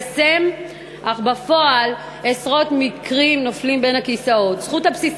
בשנים האחרונות הועלו על סדר-היום מקרים רבים שבהם הוצאת